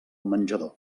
menjador